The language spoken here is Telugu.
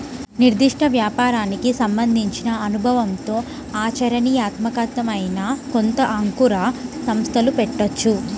నిర్దిష్ట వ్యాపారానికి సంబంధించిన అనుభవంతో ఆచరణీయాత్మకమైన కొత్త అంకుర సంస్థలు పెట్టొచ్చు